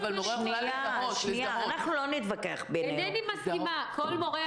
כל מורה יכולה --- אבל מורה יכולה לזהות.